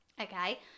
okay